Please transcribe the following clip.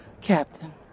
Captain